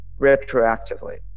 retroactively